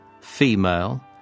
female